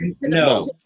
no